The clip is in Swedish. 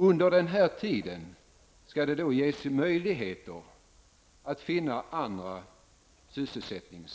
Under denna tid skall det ges möjligheter att finna annan sysselsättning.